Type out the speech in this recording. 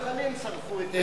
אולי מתנחלים שרפו את זה.